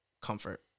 comfort